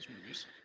movies